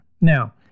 Now